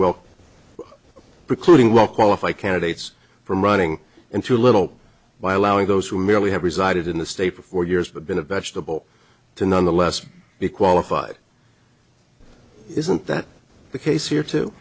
well precluding well qualified candidates from running into little by allowing those who merely have resided in the state for four years but been a vegetable to nonetheless be qualified isn't that the case here to